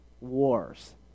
wars